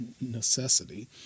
necessity